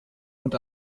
und